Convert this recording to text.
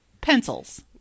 Pencils